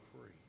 free